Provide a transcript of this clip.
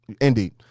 Indeed